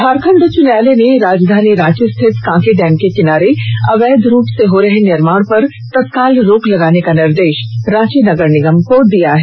झारखंड उच्च न्यायालय ने राजधानी रांची में स्थित कांके डैम के किनारे अवैध रूप से हो रहे निमार्ण पर तत्काल रोक लगाने का निर्देश रांची नगर निगम को दिया है